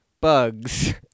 Bugs